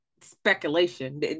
speculation